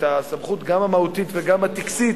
גם המהותית וגם הטקסית,